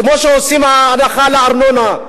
כמו שעושים הנחה בארנונה,